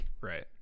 Right